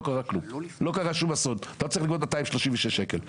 אתה לא צריך לגבות 236 שקלים.